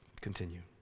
continue